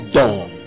done